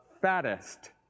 fattest